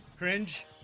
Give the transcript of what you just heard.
Cringe